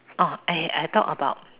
oh {eh] I talk about